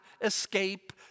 escape